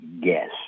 guess